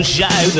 Show